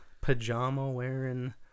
pajama-wearing